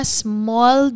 small